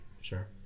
Sure